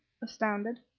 astounded.